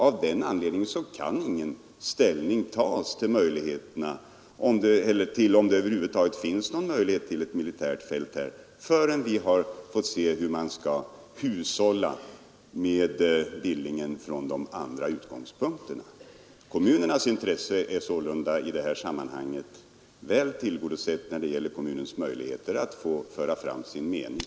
Av den anledningen kan ingen ställning tas till om det över huvud taget finns möjlighet att förlägga ett militärt fält här förrän vi har fått se hur man skall hushålla med Billingen från de andra utgångspunkterna. Kommunens intresse är sålunda i det här sammanhanget väl tillgodosett när det gäller kommunens möjligheter att framföra sin mening.